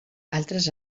altres